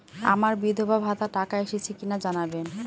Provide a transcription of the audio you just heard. আমার বিধবাভাতার টাকা এসেছে কিনা জানাবেন?